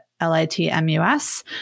L-I-T-M-U-S